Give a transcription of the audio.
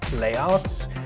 layouts